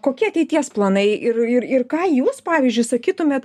kokie ateities planai ir ir ir ką jūs pavyzdžiui sakytumėt